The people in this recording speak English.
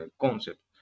concept